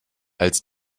als